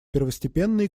первостепенной